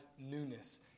newness